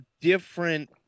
different